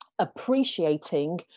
Appreciating